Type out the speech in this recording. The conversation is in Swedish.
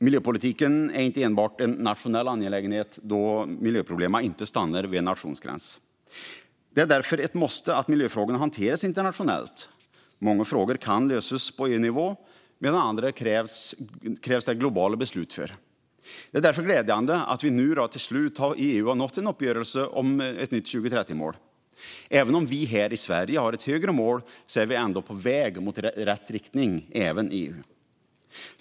Miljöpolitiken är inte enbart en nationell angelägenhet, då miljöproblemen inte stannar vid nationsgränserna. Det är därför ett måste att miljöfrågorna hanteras internationellt. Många frågor kan lösas på EU-nivå, medan det krävs globala beslut för andra. Det är därför glädjande att EU till slut har nått en uppgörelse om ett nytt 2030-mål. Vi här i Sverige har ett högre mål, men vi är ändå på väg i rätt riktning även i EU.